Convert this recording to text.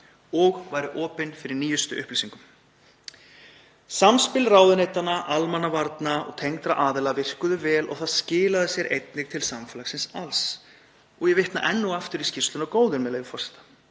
og voru opin fyrir nýjustu upplýsingum. Samspil ráðuneytanna, almannavarna og tengdra aðila virkuðu vel og það skilaði sér einnig til samfélagsins alls. Ég vitna enn og aftur í skýrsluna góðu, með leyfi forseta: